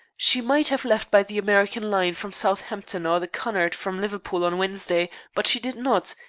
she might have left by the american line from southampton or the cunard from liverpool on wednesday, but she did not,